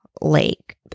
Lake